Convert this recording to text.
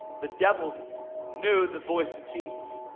the devil knew the voice of jesus.